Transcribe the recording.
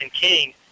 King